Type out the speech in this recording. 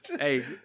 Hey